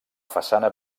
façana